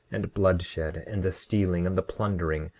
and bloodshed, and the stealing, and the plundering,